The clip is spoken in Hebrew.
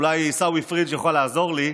אולי עיסאווי פריג' יוכל לעזור לי,